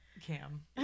Cam